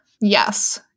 yes